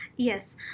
Yes